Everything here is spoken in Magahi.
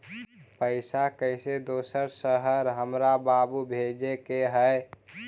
पैसा कैसै दोसर शहर हमरा बाबू भेजे के है?